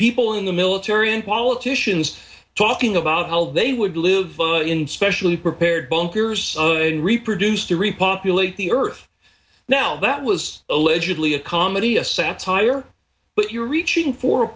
people in the military and politicians talking about well they would live in specially prepared bunkers and reproduce to repopulate the earth now that was allegedly a comedy a satire but you're reaching for